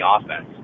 offense